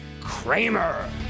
Kramer